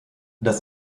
das